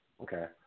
Okay